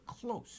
close